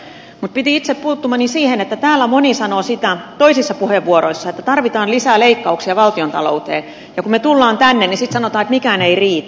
mutta piti itseni puuttuman siihen että täällä moni sanoo sitä toisissa puheenvuoroissa että tarvitaan lisää leikkauksia valtiontalouteen ja kun me tulemme tänne niin sitten sanotaan että mikään ei riitä